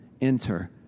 enter